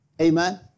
Amen